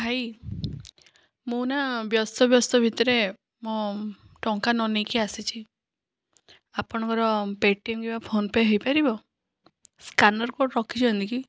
ଭାଇ ମୁଁ ନା ବ୍ୟସ୍ତ ବ୍ୟସ୍ତ ଭିତରେ ମୋ ଟଙ୍କା ନ ନେଇକି ଆସିଛି ଆପଣଙ୍କର ପେଟିଏମ୍ କିମ୍ବା ଫୋନ୍ ପେ' ହୋଇପାରିବ ସ୍କାନର କୋଡ଼ ରଖିଛନ୍ତି କି